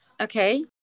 okay